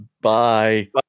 Bye